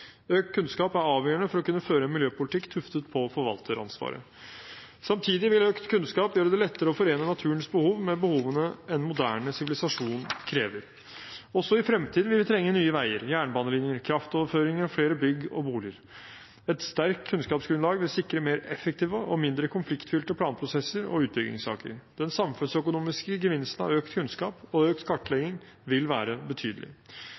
Økt kunnskap er avgjørende for å kunne føre en miljøpolitikk tuftet på forvalteransvaret. Samtidig vil økt kunnskap gjøre det lettere å forene naturens behov med behovene en moderne sivilisasjon krever. Også i fremtiden vil vi trenge nye veier, jernbanelinjer, kraftoverføringer og flere bygg og boliger. Et sterkt kunnskapsgrunnlag vil sikre mer effektive og mindre konfliktfylte planprosesser og utbyggingssaker. Den samfunnsøkonomiske gevinsten av økt kunnskap og økt kartlegging vil være betydelig.